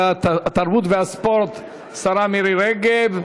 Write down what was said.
התרבות והספורט, השרה מירי רגב.